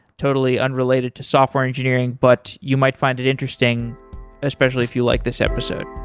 totally unrelated to software engineering, but you might find it interesting especially if you like this episode.